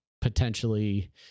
potentially